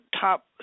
top